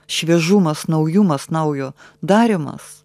šviežumas naujumas naujo darymas